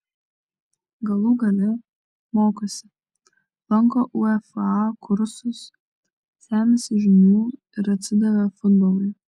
galų gale mokosi lanko uefa kursus semiasi žinių yra atsidavę futbolui